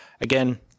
again